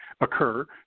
occur